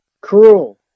cruel